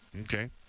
Okay